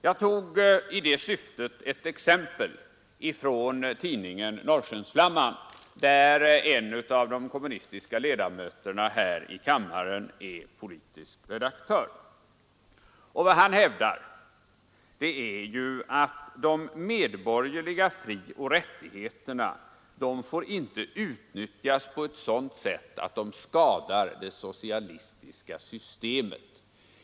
Jag tog i det syftet ett exempel från tidningen Norrskensflamman, där en av de kommunistiska riksdagsledamöterna är politisk redaktör. Vad denne hävdar är ju att de medborgerliga frioch rättigheterna inte får utnyttjas på ett sådant sätt att de skadar det socialistiska systemet.